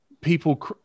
people